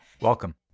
Welcome